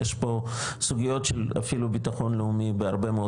יש פה סוגיות של אפילו ביטחון לאומי בהרבה מאוד